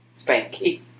Spanky